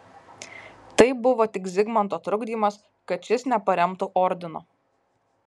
tai buvo tik zigmanto trukdymas kad šis neparemtų ordino